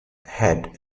had